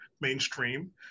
mainstream